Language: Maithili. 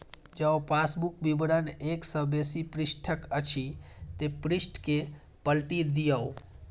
जौं पासबुक विवरण एक सं बेसी पृष्ठक अछि, ते पृष्ठ कें पलटि दियौ